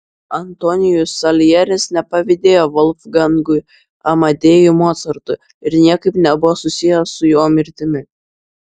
antonijus saljeris nepavydėjo volfgangui amadėjui mocartui ir niekaip nebuvo susijęs su jo mirtimi